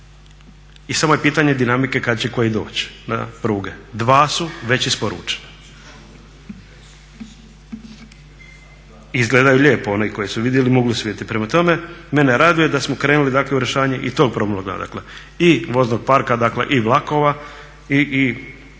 i samo je pitanje dinamike kada će koji doći na pruge. Dva su već isporučena. Izgledaju lijepo, oni koji su vidjeli, mogli su vidjeti. Prema tome, mene raduje da smo krenuli dakle i u rješavanje i tog …/Govornik